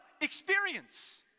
Experience